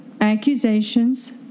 accusations